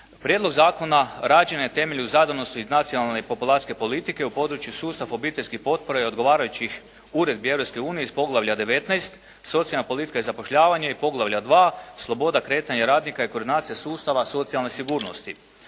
Prijedlog zakona rađen je na temelju zadanosti nacionalne i populacijske politike u području sustava obiteljske potpore i odgovarajućih uredbi Europske unije iz poglavlja 19.-Socijalna politika i zapošljavanje i poglavlja 2.-Sloboda kretanja radnika i koordinacija sustava socijalne sigurnosti.